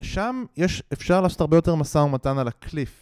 שם יש, אפשר לעשות הרבה יותר משא ומתן על הקליף